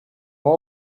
par